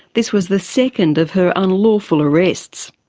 this was the second of her unlawful arrests.